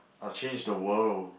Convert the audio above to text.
I'll change the world